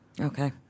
Okay